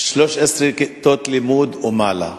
13 כיתות לימוד ומעלה.